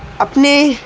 अपने